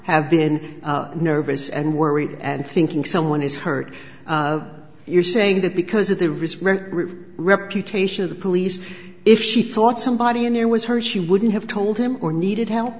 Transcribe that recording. have been nervous and worried and thinking someone is hurt you're saying that because of the risk reputation of the police if she thought somebody in there was hurt she wouldn't have told him or needed help